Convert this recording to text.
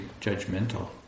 judgmental